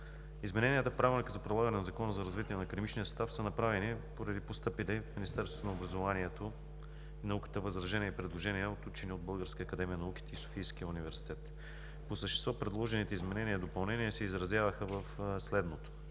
измененията в Правилника за прилагане на Закона за развитие на академичния състав са направени поради постъпили в Министерството на образованието и науката възражения и предложения от учени от Българската академия на науките и Софийския университет. По същество предложените изменения и допълнения се изразяваха в следното: